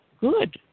good